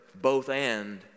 both-and